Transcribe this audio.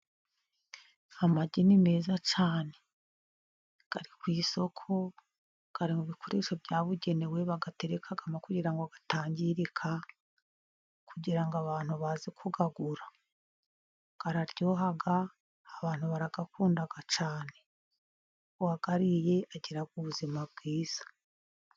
Amagi ni meza cyane. Ari ku isoko, ari mu bikoresho byabugenewe bayaterekamo kugira ngo atangirika, kugira ngo abantu baze kuyagura, araryoha, abantu barayakunda cyane. Uwayariye agira ubuzima bwiza.